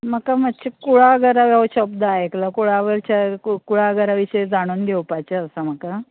म्हाका मातशे कुळागरां हो शब्द आयकला कुळागरां विशीं जाणून घेवपाचें आसा म्हाका